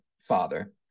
father